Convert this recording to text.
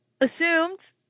assumed